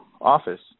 office